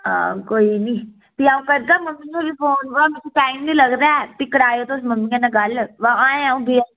हां कोई नी फ्ही आ'ऊं करगा फोन फ्ही मम्मी गी इक टाइम नि लगदा ऐ फ्ही कराएयो तुस मम्मी कन्नै गल्ल